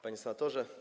Panie Senatorze!